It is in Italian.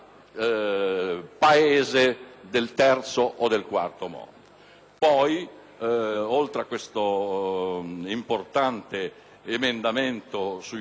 mondo. Oltre a questo importante emendamento sui colloqui dei garanti dei detenuti, ricordo quali novità